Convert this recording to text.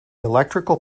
electrical